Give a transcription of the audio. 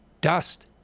dust